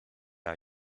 are